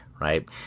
right